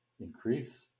increase